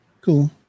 Cool